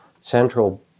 central